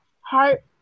heart